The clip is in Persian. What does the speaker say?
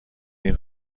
این